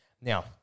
Now